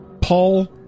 Paul